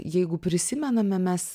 jeigu prisimename mes